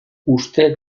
uste